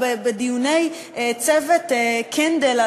שבדיוני צוות קנדל,